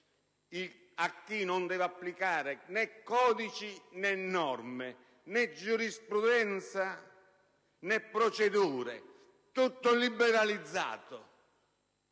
a chi non deve applicare né codici, né norme, né giurisprudenza, né procedure. Tutto liberalizzato!